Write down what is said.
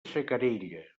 xacarella